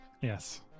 Yes